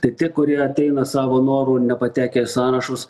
tai tie kurie ateina savo noru nepatekę į sąrašus